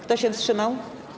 Kto się wstrzymał?